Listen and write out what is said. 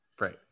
Right